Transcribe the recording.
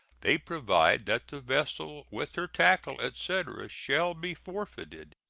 they provide that the vessel, with her tackle, etc, shall be forfeited.